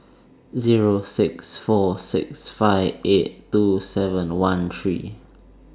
Zero six four six five eight two seven one three